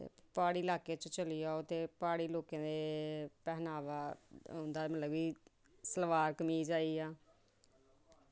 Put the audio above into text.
प्हाड़ी लाकै च चली जाओ ते प्हाड़ी लाकें च पहनावा उंदा मतलब कि सलवार कमीज़ आइया